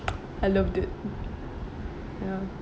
I loved it ya